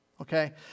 Okay